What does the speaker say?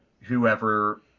whoever